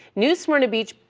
new smyrna beach